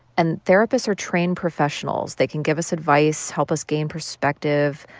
and therapists are trained professionals. they can give us advice, help us gain perspective.